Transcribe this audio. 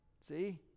See